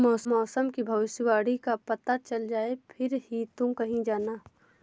मौसम की भविष्यवाणी का पता चल जाए फिर ही तुम कहीं जाना